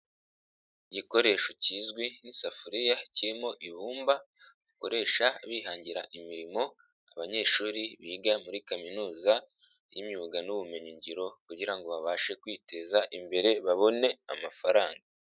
Igikoresho kizwi nk'isafuriya kirimo ibumba bakoresha bihangira imirimo abanyeshuri biga muri kaminuza y'imyuga n'ubumenyi ngiro kugira ngo babashe kwiteza imbere babone amafaranga.